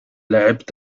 لعبت